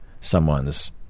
someone's